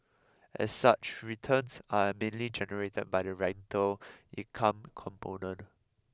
as such returns are mainly generated by the rental income component